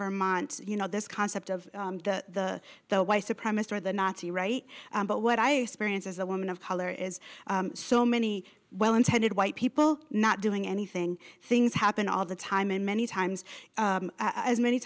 vermont you know this concept of the the white supremacy or the nazi right but what i experience as a woman of color is so many well intended white people not doing anything things happen all the time in many times as many